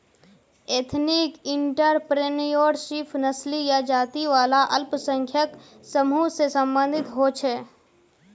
ethnic entrepreneurship नस्ली या जाती वाला अल्पसंख्यक समूह से सम्बंधित होछे